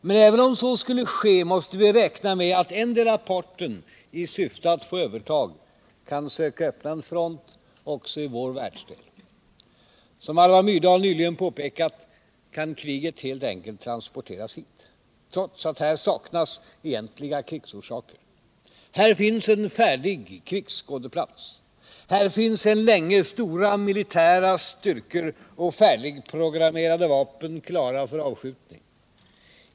Men även om så skulle ske måste vi räkna med att endera parten — i syfte att få övertag — kan söka öppna en front också i vår världsdel. Som Alva Myrdal nyligen påpekat kan kriget helt enkelt transporteras hit, trots att här saknas egentliga krigsorsaker. Här finns en färdig krigsskådeplats, här finns sedan länge stora militära styrkor och färdigprogrammerade vapen klara för avskjutning.